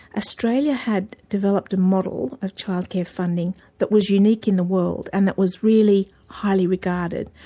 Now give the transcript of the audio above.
australia had developed a model of childcare funding, that was unique in the world and that was really highly regarded.